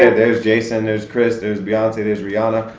ah there's jason, there's chris, there's beyonce, there's rihanna,